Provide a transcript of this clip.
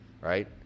right